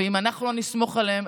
ואם אנחנו לא נסמוך עליהם,